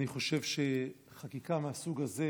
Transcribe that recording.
אני חושב שחקיקה מהסוג הזה,